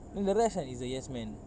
then the rest kan is the yes man